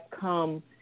come